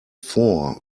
four